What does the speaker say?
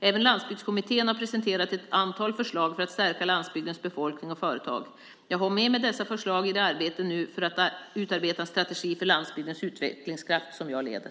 Även Landsbygdkommittén har presenterat ett antal förslag för att stärka landsbygdens befolkning och företag. Jag har med mig dessa förslag i det arbete med att utarbeta en strategi för landsbygdens utvecklingskraft som jag leder.